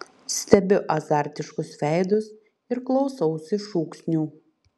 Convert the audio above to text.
stebiu azartiškus veidus ir klausausi šūksnių